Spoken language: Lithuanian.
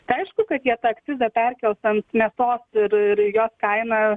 tai aišku kad jie tą akcizą perkels ant mėsos ir ir į jos kaina